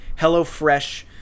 HelloFresh